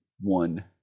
one